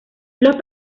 los